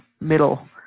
middle